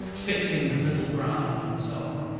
fixing the middle ground and so on.